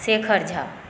Shekhar Jha